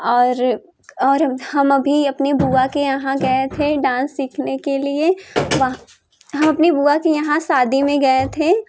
और और हम अभी अपने बुआ के यहाँ गए थे डांस सीखने के लिए वहाँ हम अपनी बुआ के यहाँ शादी में गए थे